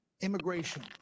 immigration